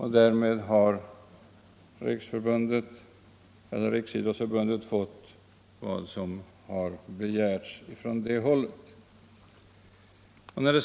Därmed har Riksidrottsförbundet fått vad som begärts från det hållet.